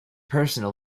personal